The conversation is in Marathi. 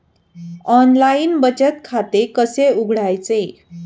ऑनलाइन बचत खाते कसे उघडायचे?